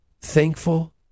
thankful